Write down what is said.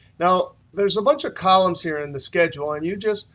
now there's a bunch of columns here in the schedule, and you just,